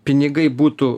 pinigai būtų